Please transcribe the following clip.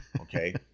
Okay